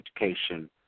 education